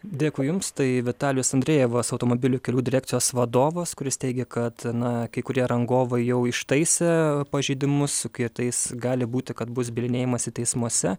dėkui jums tai vitalijus andrejevas automobilių kelių direkcijos vadovas kuris teigia kad na kai kurie rangovai jau ištaisė pažeidimus su kietais gali būti kad bus bylinėjamasi teismuose